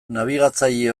nabigatzaile